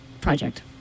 project